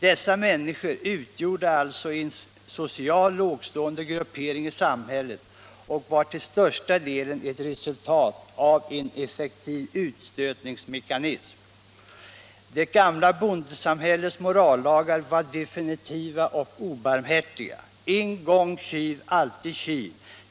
Dessa människor utgjorde alltså en socialt lågtstående gruppering i samhället — till största delen ett resultat av en effektiv utstötningsmekanism. Det gamla bondesamhällets morallagar var definitiva och obarmhärtiga: en gång tjuv alltid tjuv.